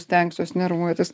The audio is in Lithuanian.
stengsiuos nervuotis